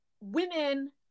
women